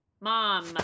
Mom